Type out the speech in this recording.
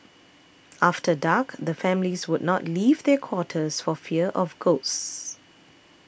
after dark the families would not leave their quarters for fear of ghosts